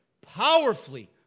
powerfully